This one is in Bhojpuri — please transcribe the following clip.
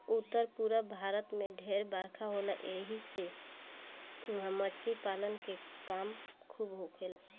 उत्तर पूरब भारत में ढेर बरखा होला ऐसी से उहा मछली पालन के काम खूब होखेला